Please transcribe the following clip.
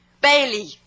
Bailey